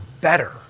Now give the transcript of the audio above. better